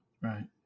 Right